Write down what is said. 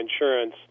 insurance